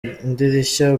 idirishya